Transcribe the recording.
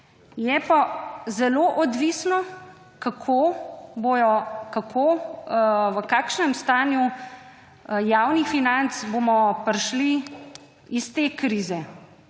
Je pa zelo odvisno, kako, v kakšnem stanju javnih financ bomo prišli iz te krize,